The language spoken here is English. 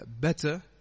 Better